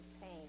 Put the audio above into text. pain